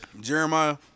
Jeremiah